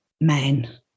man